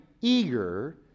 eager